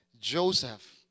Joseph